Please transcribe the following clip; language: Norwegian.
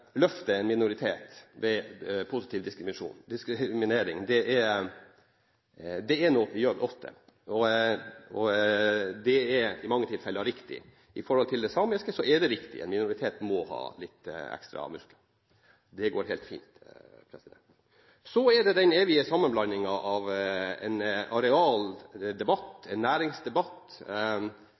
løfter en minoritet ved diskriminering, er noe vi gjør ofte, og det er i mange tilfeller riktig. I forhold til det samiske er det riktig, en minoritet må ha litt ekstra muskler – det går helt fint. Så er det den evige sammenblandingen av en arealdebatt, en næringsdebatt